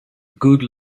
good